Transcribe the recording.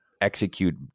execute